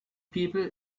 people